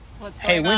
Hey